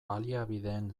baliabideen